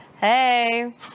Hey